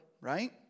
right